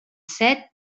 set